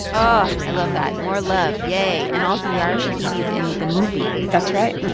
ah, i love that. more love yay. and also, yara shahidi is in the movie that's right.